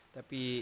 Tapi